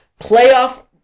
playoff